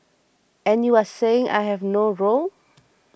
and you are saying I have no role